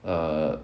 err